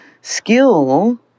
skill